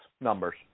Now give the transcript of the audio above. numbers